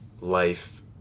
life